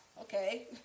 Okay